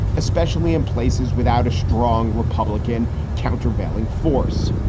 especially in places without a strong republican countervailing force.